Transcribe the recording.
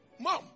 Mom